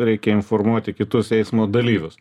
reikia informuoti kitus eismo dalyvius